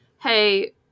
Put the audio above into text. hey